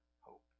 hope